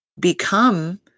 become